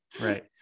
right